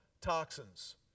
toxins